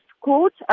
court